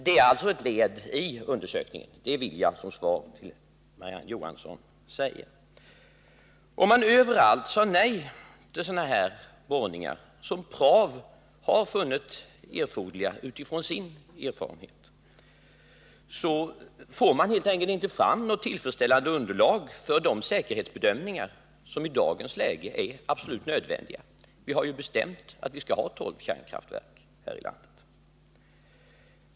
Det är som sagt ett led i undersökningen, det vill jag som svar till Marie-Ann Johansson säga. Om man överallt sade nej till sådana här borrningar, som PRAV har funnit erforderliga utifrån sin erfarenhet, får man helt enkelt inte fram något tillfredsställande underlag för de säkerhetsbedömningar som i dagens läge är absolut nödvändiga. Vi har ju bestämt att vi skall ha tolv kärnkraftverk i vårt land.